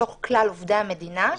מתוך כלל עובדי המדינה,